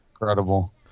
incredible